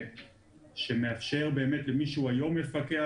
מאפשר למי שהוא היום מפקח,